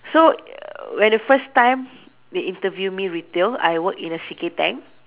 so when the first time they interview me retail I work in the C K Tang